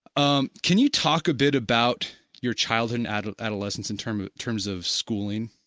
um can you talk a bit about your childhood and adolescence in terms terms of schooling?